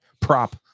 prop